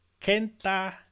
Kenta